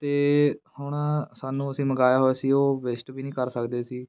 ਅਤੇ ਹੁਣ ਸਾਨੂੰ ਅਸੀਂ ਮੰਗਾਇਆ ਹੋਇਆ ਸੀ ਉਹ ਵੇਸਟ ਵੀ ਨਹੀਂ ਕਰ ਸਕਦੇ ਸੀ